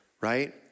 right